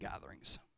gatherings